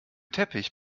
teppich